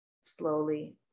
slowly